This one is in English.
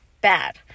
bad